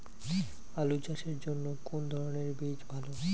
আলু চাষের জন্য কোন ধরণের বীজ ভালো?